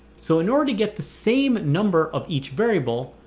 so in order to get the same number of each variable,